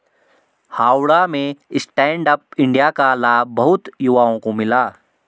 हावड़ा में Stand Up India का लाभ बहुत युवाओं को मिला